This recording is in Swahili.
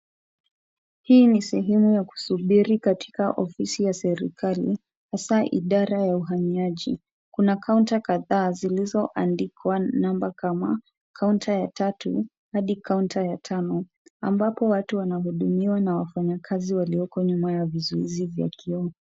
Hii ni sehemu ya kusubiri katika ofisi ya serikali, hasaa idara ya uhamiaji. Kuna kaunta kadhaa zilizoandikwa namba kama kaunta ya tatu hadi kaunta ya tano. Ambapo watu wanahudumiwa na wafanyakazi walioko nyuma ya vizuizi vya kioo.